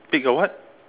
pick a what